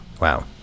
Wow